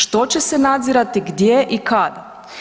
Što će s nadzirati, gdje i kada?